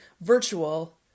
virtual